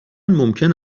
ممکن